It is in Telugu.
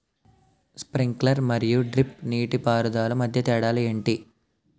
స్ప్రింక్లర్ మరియు డ్రిప్ నీటిపారుదల మధ్య తేడాలు ఏంటి?